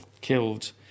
killed